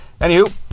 anywho